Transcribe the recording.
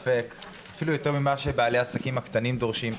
אפילו יותר ממה שבעלי העסקים הקטנים דורשים,